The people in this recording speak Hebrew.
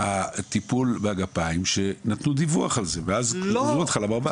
מהטיפול בגפיים שנתנו דיווח על זה ואז זה הביא אותך למרב"ד.